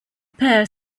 pair